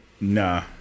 Nah